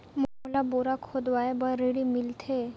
मोला बोरा खोदवाय बार ऋण मिलथे?